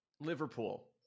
Liverpool